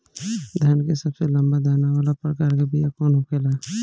धान के सबसे लंबा दाना वाला प्रकार के बीया कौन होखेला?